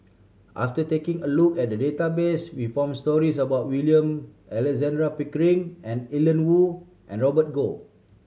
after taking a look at the database we found stories about William Alexander Pickering Ian Woo and Robert Goh